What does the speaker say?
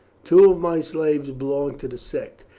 two of my slaves belong to the sect.